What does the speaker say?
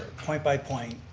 point by point.